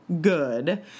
good